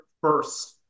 first